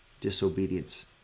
disobedience